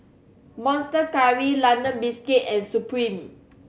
Monster Curry London Biscuits and Supreme